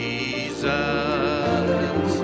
Jesus